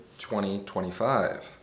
2025